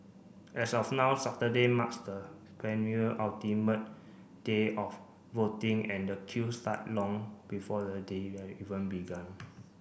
as of now Saturday marks the day of voting and the queue start long before the day a even began